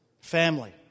Family